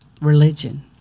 religion